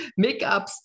makeups